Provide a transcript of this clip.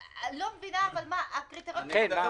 אני לא מבינה מה הקריטריון, אתה תדון בו?